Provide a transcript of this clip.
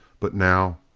but now,